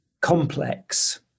complex